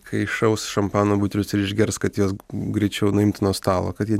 kai iššaus šampano butelius ir išgers kad juos greičiau nuimtų nuo stalo kad jie